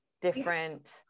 different